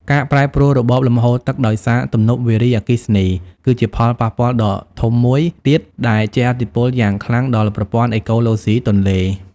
ការប្រែប្រួលរបបលំហូរទឹកដោយសារទំនប់វារីអគ្គិសនី គឺជាផលប៉ះពាល់ដ៏ធំមួយទៀតដែលជះឥទ្ធិពលយ៉ាងខ្លាំងដល់ប្រព័ន្ធអេកូឡូស៊ីទន្លេ។